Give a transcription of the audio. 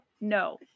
No